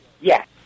Yes